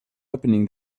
opening